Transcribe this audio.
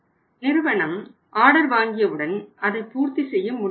நிறுவனம் ஆர்டர் வாங்கியவுடன் அதை பூர்த்தி செய்ய முடியவில்லை